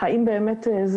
יש